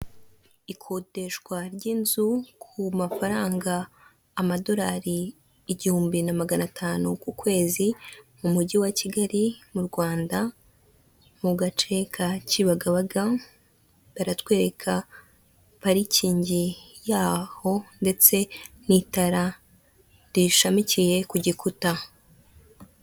Ikodeshwa ry'inzu ku mafaranga amadorari igihumbi na magana atanu ku kwezi mu mujyi wa Kigali mu Rwanda mu gace ka Kibagabaga, baratwereka parikingi yaho ndetse n'itara riyishamikiye ku gikuta.